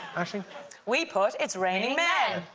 aisling? we put, it's raining men.